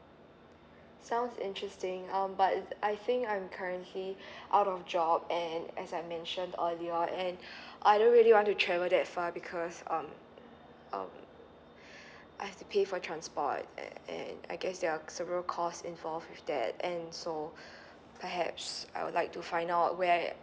sounds interesting um but I think I'm currently out of job and as I mentioned earlier and I don't really want to travel that far because um um I have to pay for transport and and I guess there are several cost involved with that and so perhaps I would like to find out where